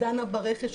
דנה ברכש.